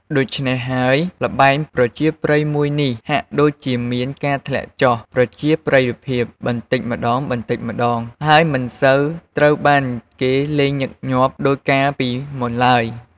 ដូច្នេះហើយល្បែងប្រជាប្រិយមួយនេះ ហាក់ដូចជាមានការធ្លាក់ចុះប្រជាប្រិយភាពបន្តិចម្តងៗ ហើយមិនសូវត្រូវបានគេលេងញឹកញាប់ដូចកាលពីមុនឡើយ។